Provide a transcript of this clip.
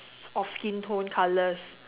of skin tone colours